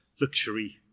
luxury